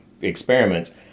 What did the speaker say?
experiments